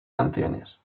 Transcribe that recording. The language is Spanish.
canciones